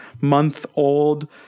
month-old